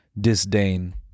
disdain